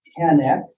10x